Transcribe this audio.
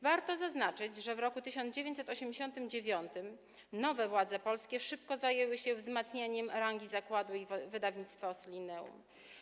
Warto zaznaczyć, że w roku 1989 nowe władze polskie szybko zajęły się wzmacnianiem rangi zakładu i wydawnictwa Ossolineum.